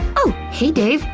oh, hey, dave!